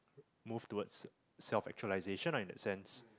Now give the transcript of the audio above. move towards self actualization lah in that sense